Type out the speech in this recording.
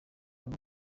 amwe